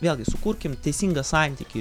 vėlgi sukurkim teisingą santykį